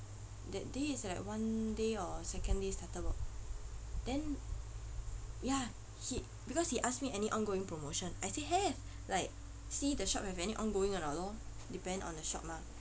that day is like one day or second day started work then ya he because he asked me any ongoing promotion I say have like see the shop have any ongoing or not lor depends on the shop mah